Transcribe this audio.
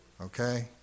Okay